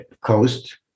coast